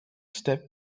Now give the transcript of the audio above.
step